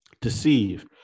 deceive